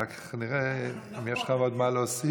אחר כך נראה אם יש לך עוד מה להוסיף.